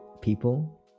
people